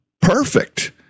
Perfect